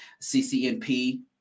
CCNP